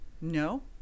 No